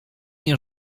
nie